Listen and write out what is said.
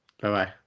bye-bye